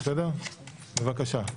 בבקשה.